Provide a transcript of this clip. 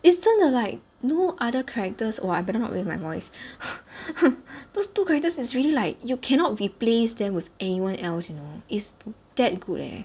is 真的 like no other characters !wah! I better not raise my voice those two characters is really like you cannot replace them with anyone else you know is that good leh